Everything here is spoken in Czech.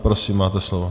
Prosím, máte slovo.